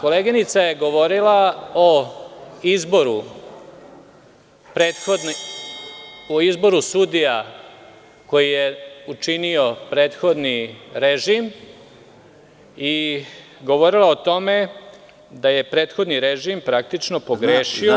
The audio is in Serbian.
Koleginica je govorila o izboru sudija koji je učinio prethodni režim i govorio je o tome da je prethodni režim praktično pogrešio.